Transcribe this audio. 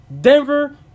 Denver